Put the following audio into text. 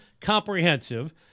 comprehensive